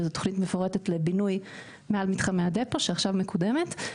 שזו תוכנית מפורטת לבינוי מעל מתחמי הדפו (רכבת) שעכשיו מקודמת,